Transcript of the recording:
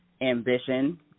ambition